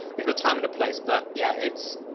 it's a time and a place, but yeah, it's.